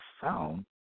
found